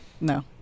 No